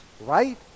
Right